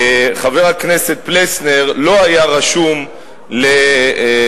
חבר הכנסת פלסנר לא היה רשום לדברים,